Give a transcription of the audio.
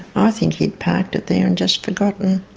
i think he'd parked it there and just forgotten